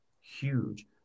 huge